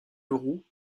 leroux